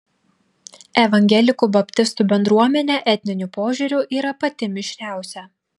evangelikų baptistų bendruomenė etniniu požiūriu yra pati mišriausia